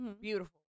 Beautiful